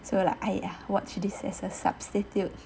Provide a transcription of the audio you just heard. so like I watched this as a substitute